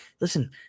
Listen